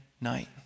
night